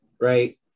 right